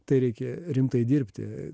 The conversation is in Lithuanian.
tai reikia rimtai dirbti